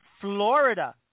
Florida